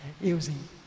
using